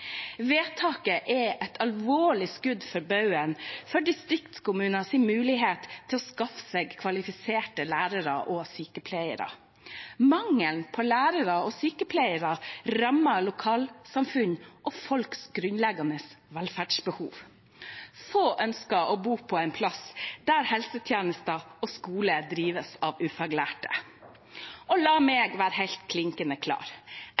Vedtaket er et alvorlig skudd for baugen for distriktskommuners mulighet til å skaffe seg kvalifiserte lærere og sykepleiere. Mangelen på lærere og sykepleiere rammer lokalsamfunn og folks grunnleggende velferdsbehov. Få ønsker å bo på en plass der helsetjenester og skole drives av ufaglærte. Og la meg være helt klinkende klar: